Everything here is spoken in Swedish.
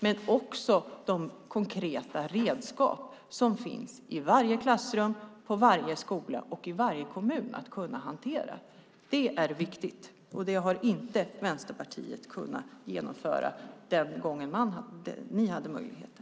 Men det handlar också om de konkreta redskap som finns att hantera i varje klassrum, på varje skola och i varje kommun. Det är viktigt, men det kunde inte Vänsterpartiet genomföra den gången ni hade möjligheten.